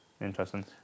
Interesting